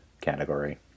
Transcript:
category